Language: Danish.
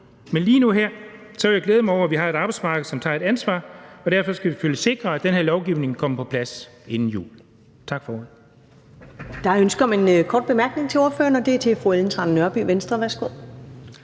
men lige nu og her vil jeg glæde mig over, at vi har et arbejdsmarked, som tager et ansvar, og derfor skal vi selvfølgelig sikre, at den her lovgivning kommer på plads inden jul. Tak for ordet. Kl. 14:35 Første næstformand (Karen Ellemann): Der er ønske om en kort bemærkning til ordføreren, og det er fra fru Ellen Trane Nørby, Venstre. Værsgo.